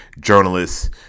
journalists